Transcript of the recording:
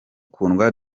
kundwa